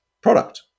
product